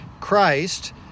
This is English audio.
Christ